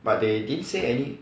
but they didn't say any